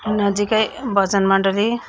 नजिकै भजन मण्डली